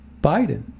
Biden